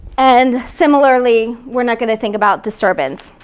and, similarly, we're not gonna think about disturbance.